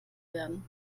werden